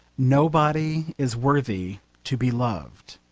nobody is worthy to be loved.